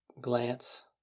glance